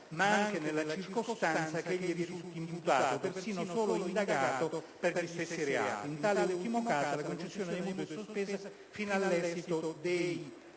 ma anche nella circostanza che egli risulti imputato o persino solo indagato per gli stessi reati. In tale ultimo caso la concessione dei mutui è sospesa fino all'esito dei